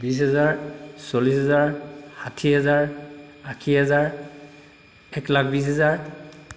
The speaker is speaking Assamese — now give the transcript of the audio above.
বিছ হাজাৰ চল্লিশ হাজাৰ ষাঠি হাজাৰ আশী হাজাৰ এক লাখ বিছ হাজাৰ